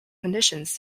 conditions